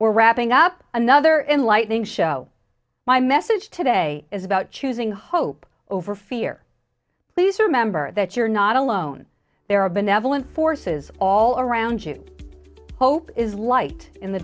we're wrapping up another in lightning show my message today is about choosing hope over fear please remember that you're not alone there are benevolent forces all around you hope is light in the